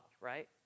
right